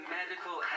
medical